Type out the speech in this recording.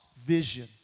vision